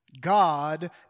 God